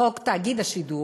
חוק תאגיד השידור,